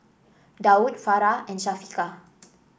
Daud Farah and Syafiqah